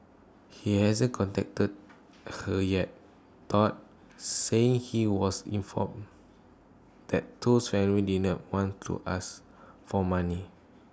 he hasn't contacted her yet thought saying he was informed that Toh's family didn't want to ask for money